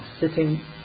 sitting